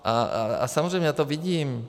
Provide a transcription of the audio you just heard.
A samozřejmě já to vidím.